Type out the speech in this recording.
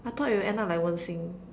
I thought it will end up like Wen-Xin